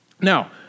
Now